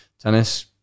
Tennis